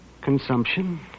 Consumption